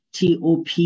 TOP